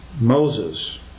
Moses